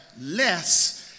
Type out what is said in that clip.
less